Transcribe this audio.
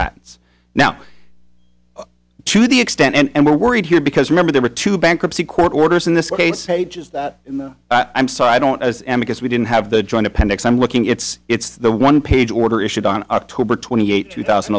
patents now to the extent and we're worried here because remember there were two bankruptcy court orders in this case ages that in the i'm sorry i don't because we didn't have the joint appendix i'm looking it's it's the one page order issued on october twenty eighth two thousand